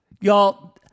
Y'all